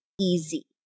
easy